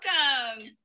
Welcome